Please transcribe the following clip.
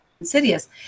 insidious